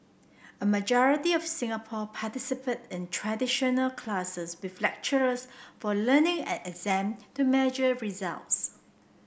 a majority of Singapore participate in traditional classes with lectures for learning and exam to measure every results